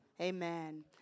Amen